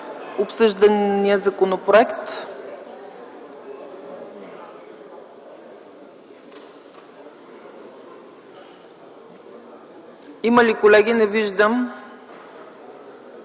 обсъждания законопроект? Има ли, колеги? Не виждам.